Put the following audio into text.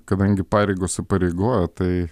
kadangi pareigos įpareigoja tai